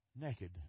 naked